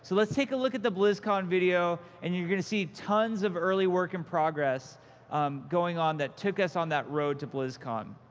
so let's take a look at the blizzcon video, and you're going to see tons of early work in progress um going on that took us on that road to blizzcon.